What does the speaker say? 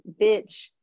bitch